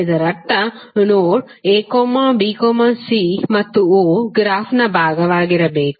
ಇದರರ್ಥ node abc ಮತ್ತು o ಗ್ರಾಫ್ನ ಭಾಗವಾಗಿರಬೇಕು